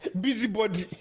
busybody